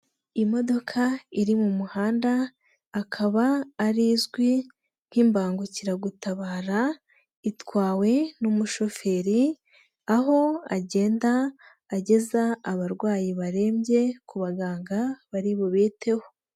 Imodoka iri mu muhanda, akaba ari izwi nk'imbangukiragutabara, itwawe n'umushoferi, aho agenda ageza abarwayi barembye ku baganga bari bubiteho.